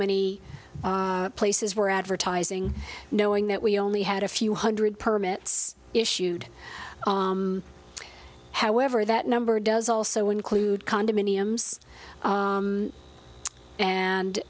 many places were advertising knowing that we only had a few hundred permits issued however that number does also include condominiums